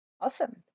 Awesome